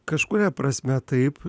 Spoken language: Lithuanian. kažkuria prasme taip